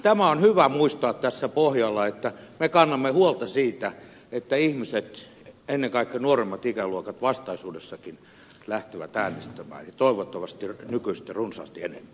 tämä on hyvä muistaa tässä pohjalla että me kannamme huolta siitä että ihmiset ja ennen kaikkea nuoremmat ikäluokat vastaisuudessakin lähtevät äänestämään toivottavasti nykyistä runsaasti enemmän